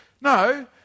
No